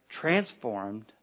transformed